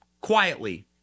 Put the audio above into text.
quietly